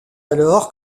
alors